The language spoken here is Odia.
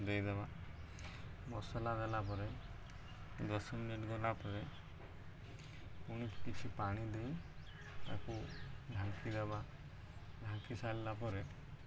ଦେଇଦେବା ମସଲା ଦେଲା ପରେ ଦଶ ମିନିଟ୍ ଗଲା ପରେ ପୁଣି କିଛି ପାଣି ଦେଇ ତାକୁ ଢାଙ୍କିଦେବା ଢାଙ୍କି ସାରିଲା ପରେ